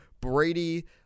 Brady